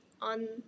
on